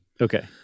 Okay